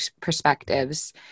perspectives